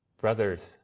brothers